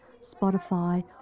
Spotify